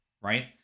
right